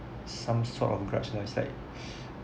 some sort of grabs my sightike